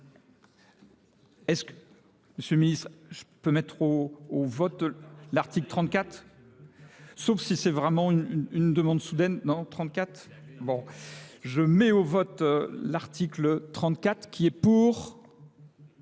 Est-ce que, monsieur le ministre, je peux mettre au vote l'article 34 ? Sauf si c'est vraiment une demande soudaine, non, 34 ? Bon, je mets au vote l'article 34 qui est pour